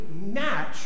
match